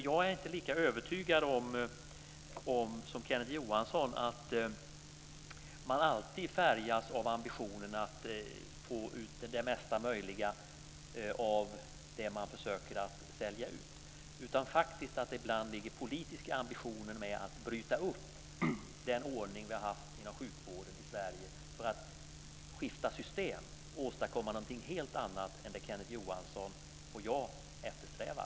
Jag är inte lika övertygad som Kenneth Johansson om att man alltid färgas av ambitionen att få ut det mesta möjliga av det man försöker att sälja ut. Ibland kan det bakomliggande faktiskt vara en politisk ambition att bryta upp den ordning vi har haft inom sjukvården i Sverige för att skifta system och åstadkomma någonting helt annat än det Kenneth Johansson och jag eftersträvar.